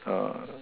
uh